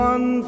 One